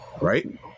right